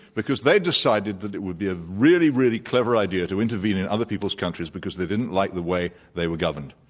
because they decided that it would be a really, really clever idea to intervene in other people's countries, because they didn't like the way they were governed.